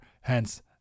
hence